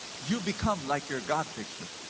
you become like your god picture.